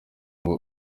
ngo